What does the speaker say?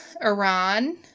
Iran